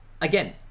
Again